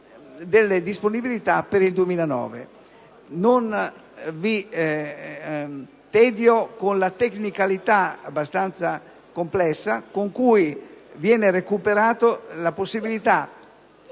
tediarvi con la tecnicalità abbastanza complessa con cui viene recuperata la possibilità